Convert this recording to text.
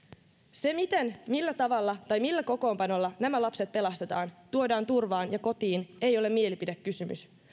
se miten millä tavalla tai millä kokoonpanolla nämä lapset pelastetaan tuodaan turvaan ja kotiin ei ole mielipidekysymys